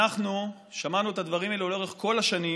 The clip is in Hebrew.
אנחנו שמענו את הדברים האלה לאורך כל השנים